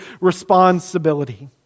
responsibility